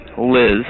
Liz